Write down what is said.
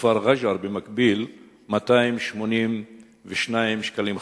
וכפר רג'ר, במקביל, 282 שקלים חדשים.